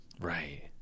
Right